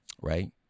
Right